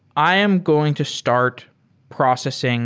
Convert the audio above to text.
i am going to start processing